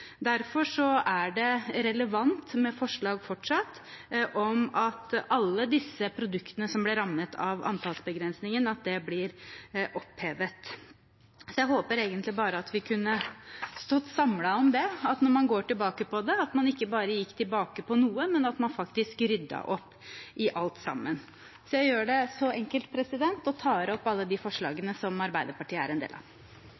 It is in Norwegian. Derfor er det fortsatt relevant med forslag om å oppheve antallsbegrensningen som rammet alle disse produktene. Jeg håpet egentlig bare at vi kunne stått samlet om det – at når man går tilbake på det, ikke bare går tilbake på noe, men at man faktisk rydder opp i alt sammen. Jeg gjør det så enkelt – og tar opp de forslagene som Arbeiderpartiet er en del av.